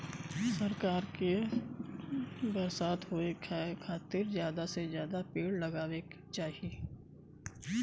सरकार के बरसात होए के खातिर जादा से जादा पेड़ लगावे के चाही